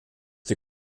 die